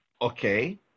Okay